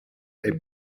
est